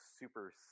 Super